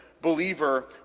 believer